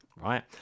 Right